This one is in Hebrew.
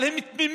אבל הם תמימים